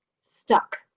stuck